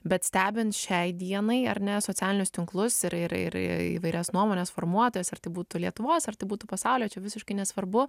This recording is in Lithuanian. bet stebint šiai dienai ar ne socialinius tinklus ir ir ir įvairias nuomones formuotojas ar tai būtų lietuvos ar tai būtų pasaulio čia visiškai nesvarbu